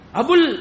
abul